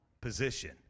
position